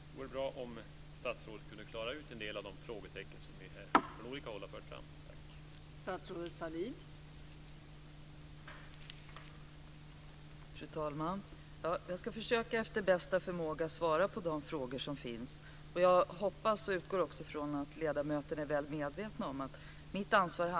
Det vore bra om statsrådet kunde räta ut en del av de frågetecken som här har förts fram från olika håll.